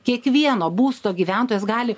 kiekvieno būsto gyventojas gali